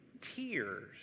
tears